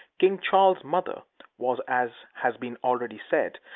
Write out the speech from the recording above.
king charles's mother was, as has been already said,